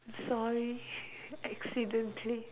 sorry accidentally